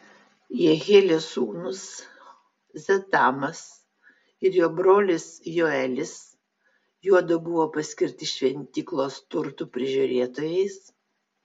jehielio sūnūs zetamas ir jo brolis joelis juodu buvo paskirti šventyklos turtų prižiūrėtojais